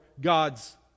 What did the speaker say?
God's